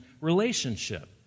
relationship